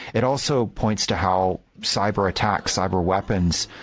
it also points to how cyber-attack, cyber weapons,